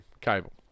cable